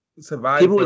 survive